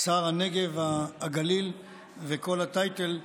שר הנגב והגליל וכל הטייטל,